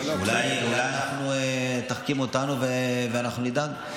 אולי תחכים אותנו, ואנחנו נדאג.